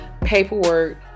Paperwork